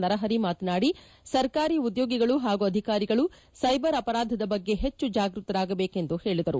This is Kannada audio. ನರಪರಿ ಮಾತನಾಡಿ ಸರ್ಕಾರಿ ಉದ್ಯೋಗಿಗಳು ಹಾಗೂ ಅಧಿಕಾರಿಗಳು ಸೈಬರ್ ಅಪರಾಧದ ಬಗ್ಗೆ ಹೆಚ್ಚು ಜಾಗೃತರಾಗಬೇಕು ಎಂದು ಹೇಳಿದರು